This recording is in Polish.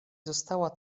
została